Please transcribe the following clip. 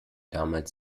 damals